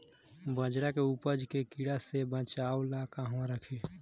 बाजरा के उपज के कीड़ा से बचाव ला कहवा रखीं?